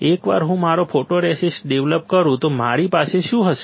એકવાર હું મારો ફોટોરેસિસ્ટ ડેવલપ કરું તો મારી પાસે શું હશે